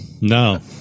No